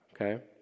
okay